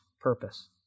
purpose